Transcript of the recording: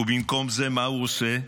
ובמקום זה מה הוא עושה?